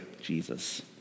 Jesus